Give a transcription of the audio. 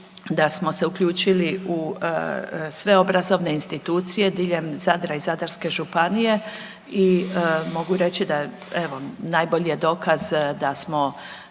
da smo se uključili u sve obrazovne institucije diljem Zadra i Zadarske županije i mogu reći da evo najbolji je dokaz da smo